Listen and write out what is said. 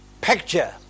picture